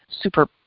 super